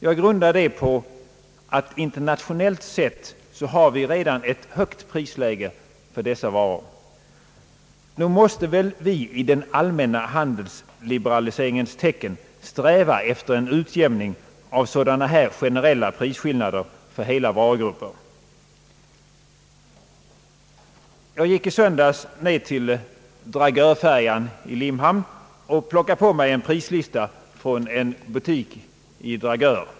Jag grundar detta på att vi internationellt sett redan har ett högt prisläge för dessa varor. Nog måste vi väl i den allmänna handelsliberaliseringens tecken sträva efter en utjämning av sådana generella prisskillnader för hela varugrupper. Jag gick i söndags ned till Dragörfärjan i Limhamn och stoppade på mig en prislista från en butik i Dragör.